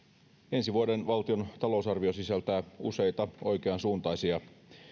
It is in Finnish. ensi vuoden valtion talousarvio sisältää useita oikeansuuntaisia